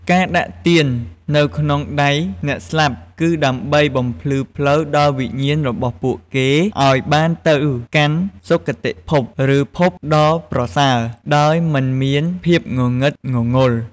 ការដាក់ទៀននៅក្នុងដៃអ្នកស្លាប់ គឺដើម្បីបំភ្លឺផ្លូវដល់វិញ្ញាណរបស់ពួកគេ ឲ្យបានទៅកាន់សុគតិភព ឬភពដ៏ប្រសើរ ដោយមិនមានភាពងងឹតងងល់។